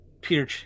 peter